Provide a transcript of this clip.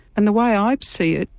and the way i see it,